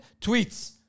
tweets